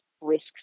risks